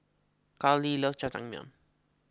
Karli loves Jajangmyeon